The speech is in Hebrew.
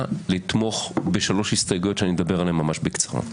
לתמוך בשלוש הסתייגויות שאני אדבר עליהן ממש בקצרה.